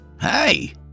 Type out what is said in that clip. Hey